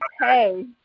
hey